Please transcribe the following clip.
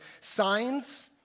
Signs